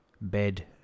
bed